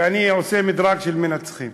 כשאני עושה מדרג של מנצחים.